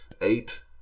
Eight